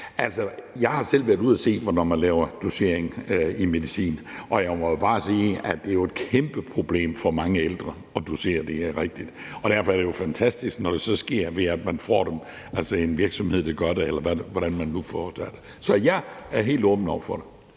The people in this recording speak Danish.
det. Jeg har selv været ude at se det, når man laver dosering af medicin, og jeg må jo bare sige, at det er et kæmpeproblem for mange ældre at dosere det rigtigt. Derfor er det jo fantastisk, når det så sker, ved at man får det, altså at der er en virksomhed, der gør det, eller hvordan man nu foretager det. Så jeg er helt åben over for det.